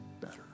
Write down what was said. better